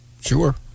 Sure